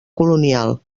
colonial